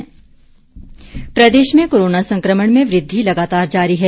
Himachal corona Pradesh में corona संक्रमण में वृद्वि लगातार जारी है